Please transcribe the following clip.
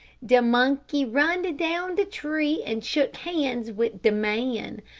de monkey runned down de tree, and shook hands wid de man.